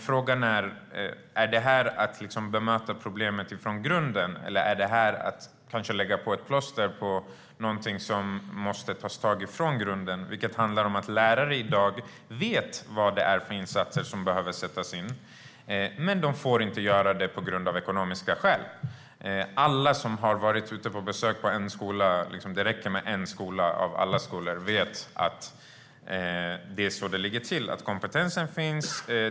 Frågan är dock om detta är att bemöta problemet från grunden eller om det är att lägga ett plåster på någonting som måste tas tag i från grunden. Lärare i dag vet nämligen vilka insatser som behöver sättas in, men de får inte göra det på grund av ekonomiska skäl. Alla som har varit ute på besök i en skola - det räcker med en av alla skolor - vet att det är så det ligger till, att kompetensen finns.